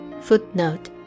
footnote